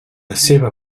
seva